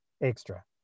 extra